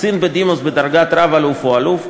קצין בדימוס בדרגת רב-אלוף או אלוף,